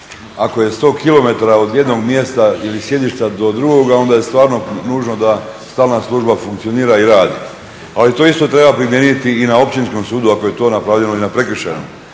Ako je 100 km od jednog mjesta ili sjedišta do drugoga, onda je stvarno nužno da stalna služba funkcionira i radi. Ali to isto treba primijeniti i na Općinskom sudu, ako je to napravljeno i na Prekršajnom.